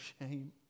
shame